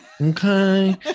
Okay